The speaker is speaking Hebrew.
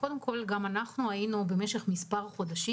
גם אנחנו היינו במשך מספר חודשים,